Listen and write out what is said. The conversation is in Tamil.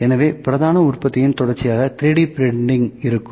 எனவே பிரதான உற்பத்தியின் தொடர்ச்சியாக 3D பிரிண்டிங் இருக்கும்